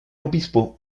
obispo